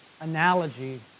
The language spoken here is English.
analogy